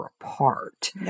apart